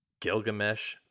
Gilgamesh